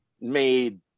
made